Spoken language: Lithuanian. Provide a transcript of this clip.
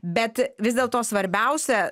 bet vis dėlto svarbiausia